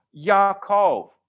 Yaakov